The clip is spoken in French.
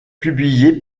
publiée